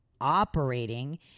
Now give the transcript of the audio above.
operating